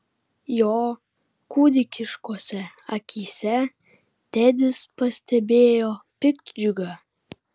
jo kūdikiškose akyse tedis pastebėjo piktdžiugą